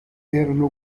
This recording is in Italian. erano